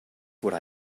would